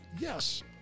Yes